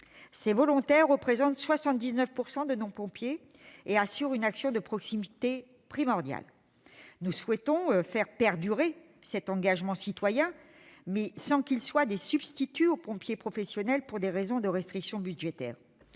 Ces volontaires représentent 79 % de nos pompiers et assurent une action de proximité primordiale. Nous souhaitons faire perdurer cet engagement citoyen, mais sans que celui-ci devienne pour autant un substitut aux pompiers professionnels pour des raisons de restrictions budgétaires.